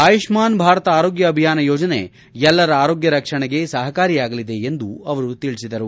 ಆಯುಷ್ಮಾನ್ ಭಾರತ ಆರೋಗ್ಯ ಅಭಿಯಾನ ಯೋಜನೆ ಎಲ್ಲರ ಆರೋಗ್ಯ ರಕ್ಷಣೆಗೆ ಸಹಕಾರಿಯಾಗಲಿದೆ ಎಂದು ಅವರು ಹೇಳಿದರು